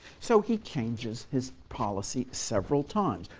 so he changes his policy several times.